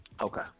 Okay